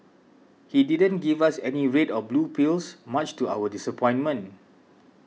he didn't give us any red or blue pills much to our disappointment